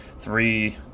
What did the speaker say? three